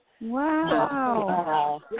Wow